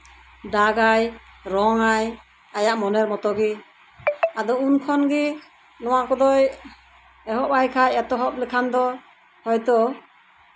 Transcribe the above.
ᱫᱟᱜᱽ ᱟᱭ ᱨᱚᱝᱼᱟᱭ ᱟᱭᱟᱜ ᱢᱚᱱᱮᱨ ᱢᱚᱛᱜᱮ ᱟᱫᱚ ᱩᱱᱠᱷᱚᱱᱜᱮ ᱱᱚᱣᱟ ᱠᱚᱫᱚᱭ ᱮᱛᱚᱦᱚᱵ ᱟᱭ ᱠᱷᱟᱱ ᱮᱛᱚᱦᱚᱵ ᱞᱮᱠᱷᱟᱱ ᱫᱚ ᱦᱚᱭᱛᱳ